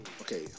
Okay